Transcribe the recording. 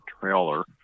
trailer